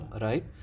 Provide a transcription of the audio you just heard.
right